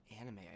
anime